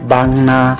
Bangna